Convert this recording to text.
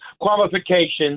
qualifications